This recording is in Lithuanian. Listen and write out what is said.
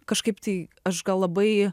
kažkaip tai aš gal labai